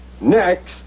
next